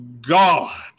God